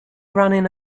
running